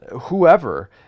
whoever